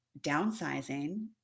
downsizing